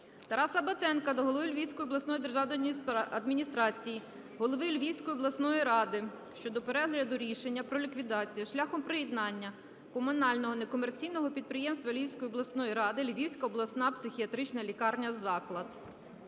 Тараса Батенка до голови Львівської обласної державної адміністрації, голови Львівської обласної ради щодо перегляду рішення про ліквідацію (шляхом приєднання) Комунального некомерційного підприємства Львівської обласної ради "Львівська обласна психіатрична лікарня "Заклад".